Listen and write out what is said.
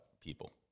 people